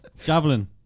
Javelin